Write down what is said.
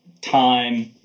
time